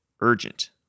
urgent